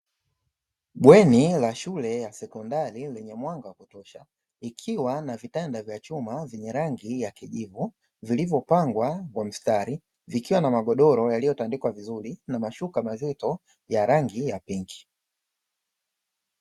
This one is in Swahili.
Bweni la shule ya sekondari lenye mwanga wa kutosha. Ikiwa na vitanda vya chuma vyenye rangi ya kijivu, vilivyopangwa kwa mstari vikiwa na magodoro yaliyotandikwa vizuri na mashuka mazito ya rangi ya pinki.